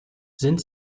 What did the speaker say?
sind